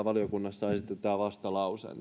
valiokunnassa esitetään vastalause